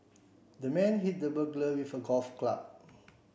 the man hit the burglar with a golf club